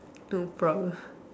no problem